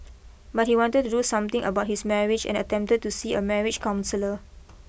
but he had wanted to do something about his marriage and attempted to see a marriage counsellor